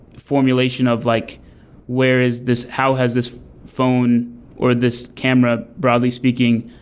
formulation of like where is this? how has this phone or this camera, broadly speaking,